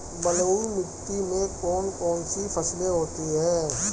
बलुई मिट्टी में कौन कौन सी फसलें होती हैं?